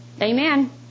Amen